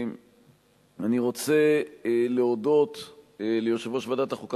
אני רוצה להודות ליושב-ראש ועדת החוקה,